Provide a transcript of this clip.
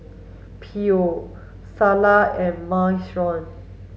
Pho Salsa and Minestrone